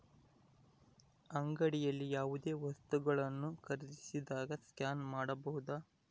ಅಂಗಡಿಯಲ್ಲಿ ಯಾವುದೇ ವಸ್ತುಗಳನ್ನು ಖರೇದಿಸಿದಾಗ ಸ್ಕ್ಯಾನ್ ಮಾಡಬಹುದಾ?